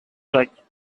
jacques